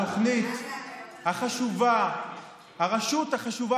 העריקה שלך היא חרפה